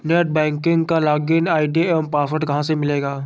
Net banking का login ID एवं password कहाँ से मिलेगा?